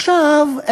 עכשיו,